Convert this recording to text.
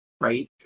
right